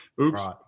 Oops